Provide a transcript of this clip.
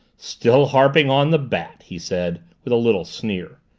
still harping on the bat! he said, with a little sneer,